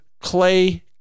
clay